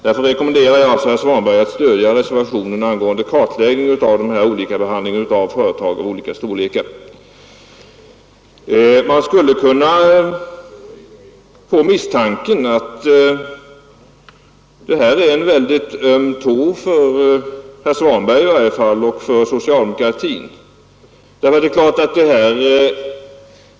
Därför rekommenderar jag herr Svanberg att stödja reservationen om en kartläggning av olika behandling av företag i olika storlekar. Man skulle kunna få misstanken att det här är en öm tå i varje fall för herr Svanberg och för socialdemokratin.